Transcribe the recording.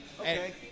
Okay